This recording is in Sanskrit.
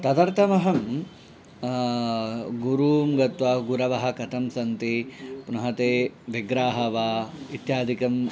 तदर्थम् अहं गुरूं गत्वा गुरवः कथं सन्ति पुनः ते विग्रहः वा इत्यादिकम्